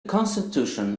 constitution